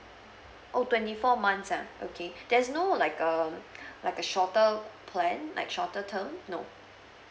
oh twenty four months ah okay there's no like um like a shorter plan like shorter term no